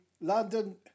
London